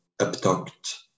Abduct